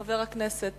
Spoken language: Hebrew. חבר הכנסת,